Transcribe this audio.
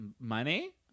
money